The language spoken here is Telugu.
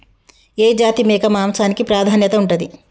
ఏ జాతి మేక మాంసానికి ప్రాధాన్యత ఉంటది?